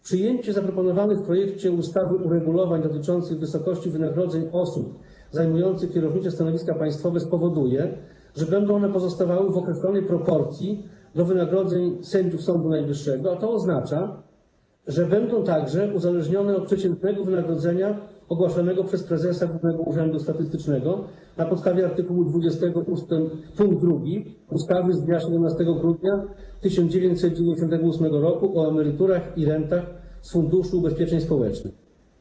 Przyjęcie zaproponowanych w projekcie ustawy uregulowań dotyczących wysokości wynagrodzeń osób zajmujących kierownicze stanowiska państwowe spowoduje, że będą one pozostawały w określonej proporcji do wynagrodzeń sędziów Sądu Najwyższego, a to oznacza, że będą także uzależnione od przeciętnego wynagrodzenia ogłaszanego przez prezesa Głównego Urzędu Statystycznego na podstawie art. 20 pkt 2 ustawy z dnia 17 grudnia 1998 r. o emeryturach i rentach z Funduszu Ubezpieczeń Społecznych.